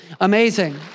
Amazing